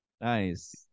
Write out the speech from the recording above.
Nice